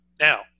Now